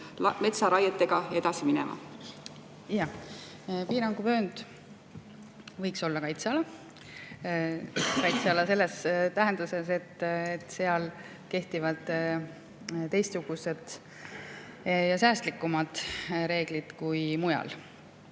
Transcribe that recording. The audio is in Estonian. metsaraietega edasi minema? Jah. Piiranguvöönd võiks olla kaitseala. Kaitseala selles tähenduses, et seal kehtivad teistsugused ja säästlikumad reeglid kui mujal.